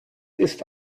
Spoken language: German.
ist